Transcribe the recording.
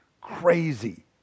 crazy